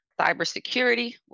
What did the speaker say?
Cybersecurity